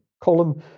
column